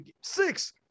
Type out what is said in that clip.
six